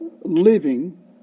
living